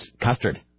Custard